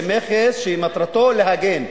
זה מכס שמטרתו להגן,